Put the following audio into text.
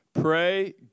pray